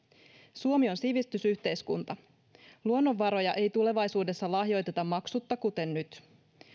suomi on sivistysyhteiskunta luonnonvaroja ei tulevaisuudessa lahjoiteta maksutta kuten nyt